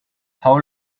how